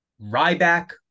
Ryback